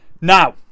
Now